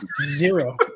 Zero